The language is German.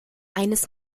eines